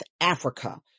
Africa